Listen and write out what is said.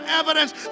evidence